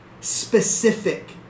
Specific